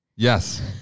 Yes